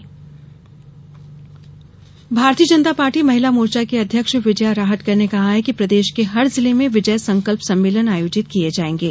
विजय सम्मेलन भारतीय जनता पार्टी महिला मोर्चा की अध्यक्ष विजया राहटकर ने कहा कि प्रदेश के हर जिले में विजय संकल्प सम्मेलन आयोजित किये जायेंगे